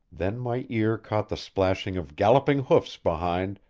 then my ear caught the splashing of galloping hoofs behind,